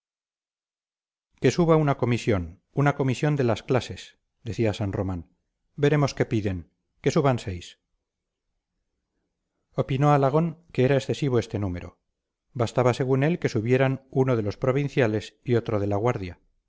que suba una comisión una comisión de las clases decía san román veremos qué piden que suban seis opinó alagón que era excesivo este número bastaba según él que subieran uno de provinciales y otro de la guardia